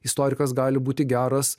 istorikas gali būti geras